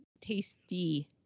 tasty